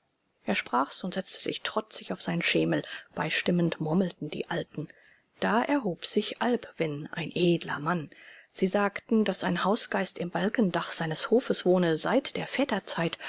er sprach's und setzte sich trotzig auf seinen schemel beistimmend murmelten die alten da erhob sich albwin ein edler mann sie sagten daß ein hausgeist im balkendach seines hofes wohne seit der